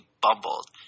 bumbled